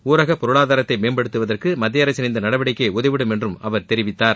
ஊரக பொருளாதாரத்தை மேம்படுத்தவதற்கு மத்தியஅரசின் இந்த நடவடிக்கை உதவிடும் என்றும் அவர் தெரிவித்தார்